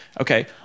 Okay